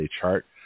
chart